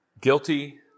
guilty